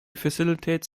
facilitates